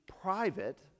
private